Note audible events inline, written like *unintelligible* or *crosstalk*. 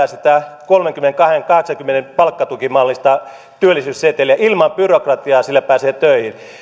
*unintelligible* ja sitä kolmenkymmenenkahden pilkku kahdeksankymmenen palkkatukimallista työllisyysseteliä saa kolmesataa päivää ilman byrokratiaa sillä pääsee töihin